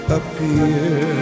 appear